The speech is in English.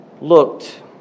looked